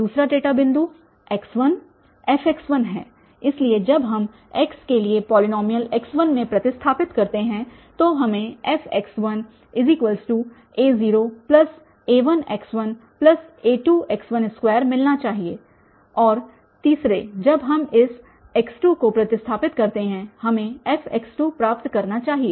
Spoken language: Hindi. दूसरा डेटा बिंदु x1fx1 है इसलिए जब हम x के लिए पॉलीनॉमियल x1 में प्रतिस्थापित करते है तो हमें fx1a0a1x1a2x12 मिलना चाहिए और तीसरे जब हम इस x2 को प्रतिस्थापित करते हैं हमें fप्राप्त करना चाहिए